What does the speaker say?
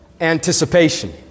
Anticipation